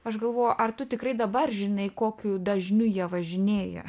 aš galvojau ar tu tikrai dabar žinai kokiu dažniu jie važinėja